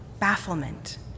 Bafflement